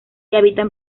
habitan